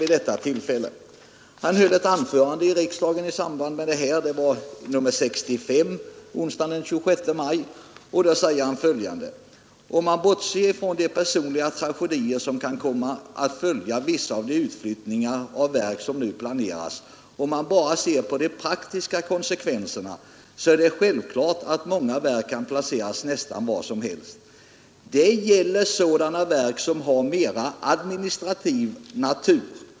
Herr Hansson i Skegrie höll ett anförande här i riksdagen i samband med behandlingen av ärendet — det är anförande nr 65 i snabbprotokollet för onsdagen den 26 maj 1971 — där han bl.a. sade: ”Om man bortser ifrån de personliga tragedier som kan komma att följa vissa av de utflyttningar av verk som nu planeras och man bara ser på de praktiska konsekvenserna, är det självklart att många verk kan placeras nästan var som helst. Det gäller sådana verk som är mera av administrativ natur.